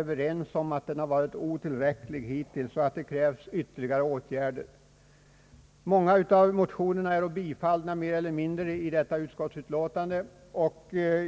överens om att den hittills varit otillräcklig och att det krävs ytterligare åtgärder. Många av motionerna är mer eller mindre tillstyrkta i detta utskottsutlåtande.